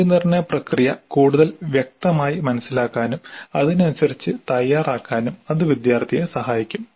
മൂല്യനിർണ്ണയ പ്രക്രിയ കൂടുതൽ വ്യക്തമായി മനസിലാക്കാനും അതിനനുസരിച്ച് തയ്യാറാക്കാനും അത് വിദ്യാർത്ഥിയെ സഹായിക്കും